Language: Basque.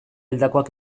hildakoak